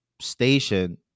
station